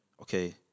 okay